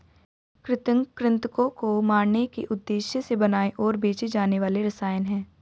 कृंतक कृन्तकों को मारने के उद्देश्य से बनाए और बेचे जाने वाले रसायन हैं